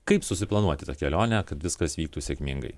kaip susiplanuoti tą kelionę kad viskas vyktų sėkmingai